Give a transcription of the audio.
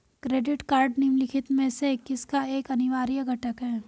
Credit card निम्नलिखित में से किसका एक अनिवार्य घटक है?